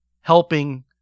helping